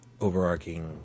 overarching